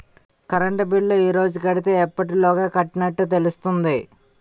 Current bill ఈ రోజు కడితే ఎప్పటిలోగా కట్టినట్టు తెలుస్తుంది?